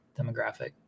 demographic